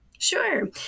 Sure